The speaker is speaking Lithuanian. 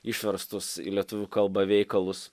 išverstus į lietuvių kalbą veikalus